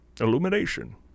Illumination